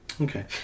Okay